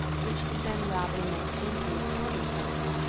which had been rather more painfully extorted from her,